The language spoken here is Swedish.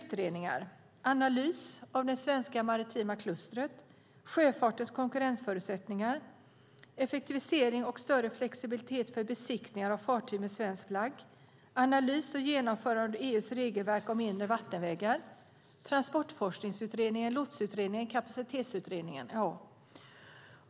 Det gäller analys av det svenska maritima klustret sjöfartens konkurrensförutsättningar effektivisering och större flexibilitet för besiktningar av fartyg med svensk flagg analys och genomförande av EU:s regelverk om inre vattenvägar Transportforskningsutredningen Lotsutredningen Kapacitetsutredningen.